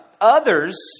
others